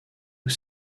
aux